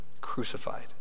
crucified